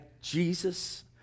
Jesus